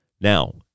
Now